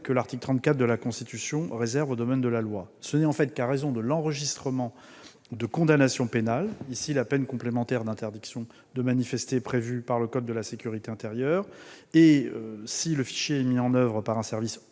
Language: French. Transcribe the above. par l'article 34 de la Constitution, au domaine de la loi. Ce n'est en fait qu'à raison de l'enregistrement de condamnations pénales- ici la peine complémentaire d'interdiction de manifester prévue par le code de la sécurité intérieure -et si le fichier est mis en oeuvre par un service